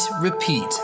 Repeat